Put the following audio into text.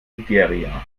nigeria